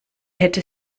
hätte